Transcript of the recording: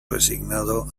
resignado